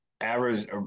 average